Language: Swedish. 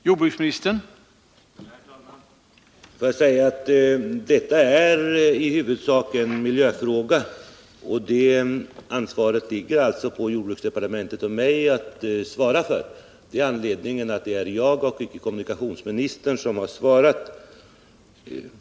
Herr talman! Detta är i huvudsak en miljöfråga, som det åligger jordbruksdepartementet och mig att svara för. Det är anledningen till att det är jag och icke kommunikationsministern som har svarat.